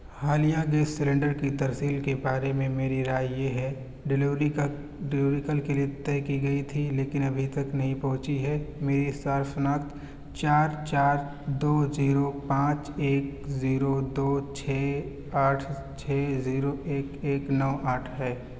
حالیہ gas cylinder کی ترسیل کے بارے میں میری رائے یہ ہے ڈیلیوری کا ڈیلیوری کل کے لیے طے کی گئی تھی لیکن ابھی تک نہیں پہنچی ہے میری صارف شناخت چار چار دو زیرو پانچ ایک زیرو دو چھ آٹھ چھ زیرو ایک ایک نو آٹھ ہے